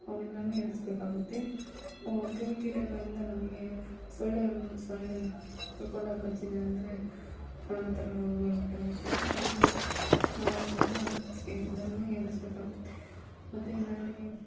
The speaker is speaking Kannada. ಅವನ್ನೆಲ್ಲನೂ ಎದುರಿಸ್ಬೇಕಾಗುತ್ತೆ ಹ್ಞೂ ಕ್ರಿಮಿ ಕೀಟಗಳಿಂದ ನಮಗೆ ಸೊಳ್ಳೆಯನ್ನು ಸೊಳ್ಳೆ ಕಚ್ಚಿದೆ ಅಂದರೆ ನಾನಾ ಥರ ರೋಗಗಳು ಉಂಟಾಗುತ್ತೆ ಅವುನ್ನ ನಾವು ಅದರಿಂದ ಎಲ್ಲನೂ ಎದುರಿಸ್ಬೇಕಾಗುತ್ತೆ ಮತ್ತೆ ಹಿಂದುಗಡೆಗೆ